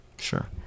Sure